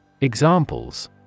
Examples